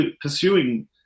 pursuing